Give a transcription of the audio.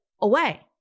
away